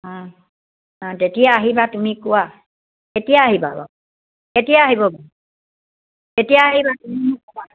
অঁ অঁ কেতিয়া আহিবা তুমি কোৱা কেতিয়া আহিবা বাৰু কেতিয়া আহিবা বাৰু কেতিয়া আহিবা তুমি মোক কোৱা